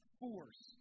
force